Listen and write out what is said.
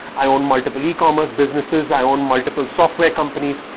i own multiple e-commerce businesses. i own multiple software companies.